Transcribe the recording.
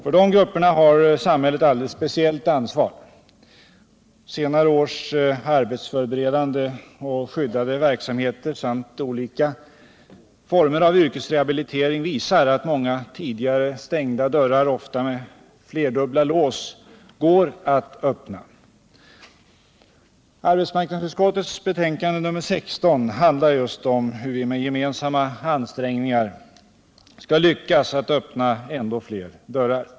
För de grupperna har samhället alldeles speciellt ansvar. Senare års arbetsförberedande och skyddade verksamheter samt olika former av yrkesrehabilitering visar att många tidigare stängda dörrar — ofta med flerdubbla lås — går att öppna. Arbetsmarknadsutskottets betänkande nr 16 handlar just om hur vi med gemensamma ansträngningar skall lyckas öppna ändå fler dörrar.